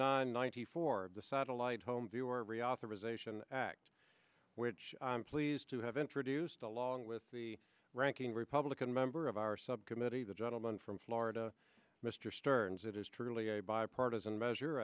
nine ninety four the satellite home viewer reauthorization act which i'm pleased to have introduced along with the ranking republican member of our subcommittee the gentleman from florida mr stearns it is truly a bipartisan measure